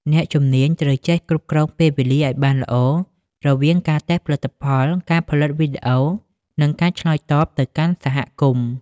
អ្នកជំនាញត្រូវចេះគ្រប់គ្រងពេលវេលាឱ្យបានល្អ រវាងការតេស្តផលិតផល ការផលិតវីដេអូ និងការឆ្លើយតបទៅកាន់សហគមន៍។